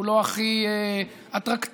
הוא לא הכי אטרקטיבי,